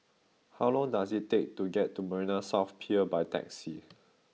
how long does it take to get to Marina South Pier by taxi